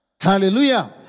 Hallelujah